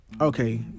okay